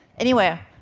anyway,